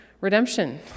redemption